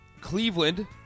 Cleveland